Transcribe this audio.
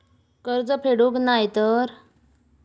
कर्ज फेडूक नाय तर?